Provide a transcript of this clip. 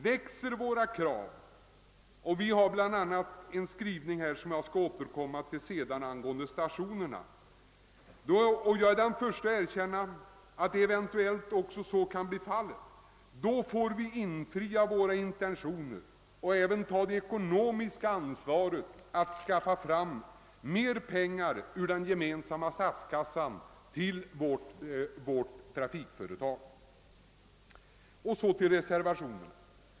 Växer våra krav jag är den förste att erkänna att så kan bli fallet — måste vi även ta det ekonomiska ansvaret och skaffa fram mer pengar till vårt trafikföretag ur den gemensamma statskassan.